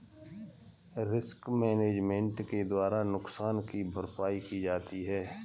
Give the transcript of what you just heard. risk management के द्वारा नुकसान की भरपाई की जाती है